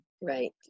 Right